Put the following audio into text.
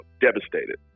devastated